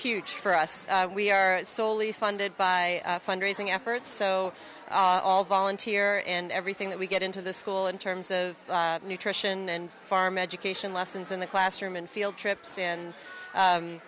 huge for us we are solely funded by fundraising efforts so all volunteer and everything that we get into the school in terms of nutrition and farm education lessons in the classroom and field trips and